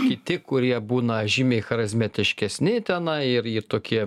kiti kurie būna žymiai charizmetiškesni tenai ir ir tokie